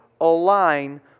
align